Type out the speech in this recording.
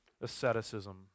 asceticism